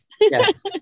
Yes